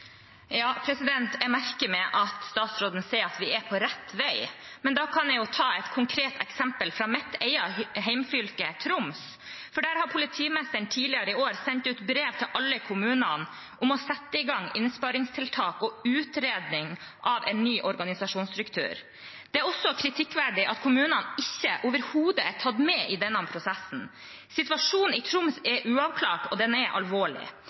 Jeg merker meg at statsråden sier at vi er på rett vei. Men da kan jeg ta et konkret eksempel fra mitt eget hjemfylke, Troms, for der har politimesteren tidligere i år sendt ut brev til alle kommunene om å sette i gang innsparingstiltak og utredning av en ny organisasjonsstruktur. Det er også kritikkverdig at kommunene overhodet ikke er tatt med i denne prosessen. Situasjonen i Troms er uavklart, og den er alvorlig.